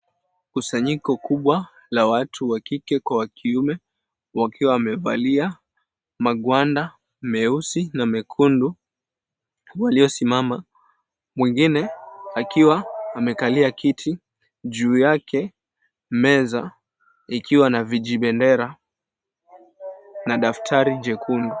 Kusanyiko kubwa la watu wa kike kwa wa kiume wakiwa wamevalia magwanda meusi na mekundu waliosimama. Mwingine akiwa amekalia kiti. Juu yake, meza ikiwa na vijibendera na daftari jekundu.